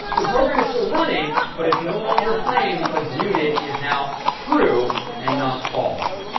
the program is still running, but it's no longer playing because muted is now true and not false.